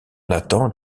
nathan